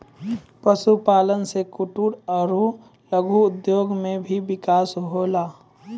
पशुपालन से कुटिर आरु लघु उद्योग मे भी बिकास होलै